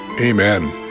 amen